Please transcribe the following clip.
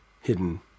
Hidden